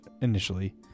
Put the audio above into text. initially